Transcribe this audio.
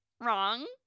wrong